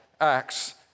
acts